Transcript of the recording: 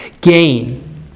gain